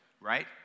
right